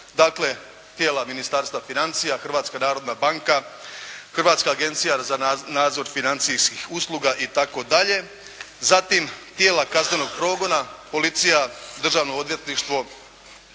Dakle, tijela Ministarstva financija, Hrvatska narodna banka, Hrvatska agencija za nadzor financijskih usluga itd. Zatim, tijela kaznenog progona, policija, državno odvjetništvo,